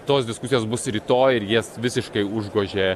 tos diskusijos bus rytoj ir jas visiškai užgožė